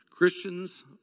Christians